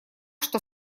что